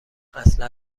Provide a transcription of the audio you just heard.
اصلا